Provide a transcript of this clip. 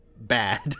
bad